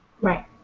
Right